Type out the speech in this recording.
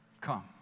come